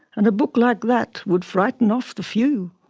and a book like that would frighten off the few!